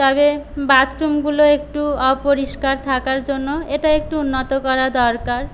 তবে বাথরুমগুলো একটু অপরিষ্কার থাকার জন্য এটা একটু উন্নত করা দরকার